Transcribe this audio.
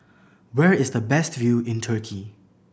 where is the best view in Turkey